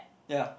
ya